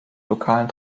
lokalen